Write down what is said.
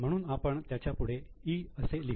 म्हणून आपण त्याच्या पुढे 'E' असे लिहू